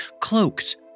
cloaked